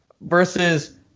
versus